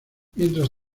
mientras